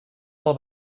del